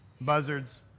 buzzards